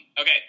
Okay